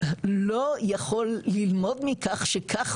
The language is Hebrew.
לא יכול ללמוד מכך שכך